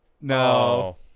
No